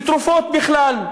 לתרופות בכלל.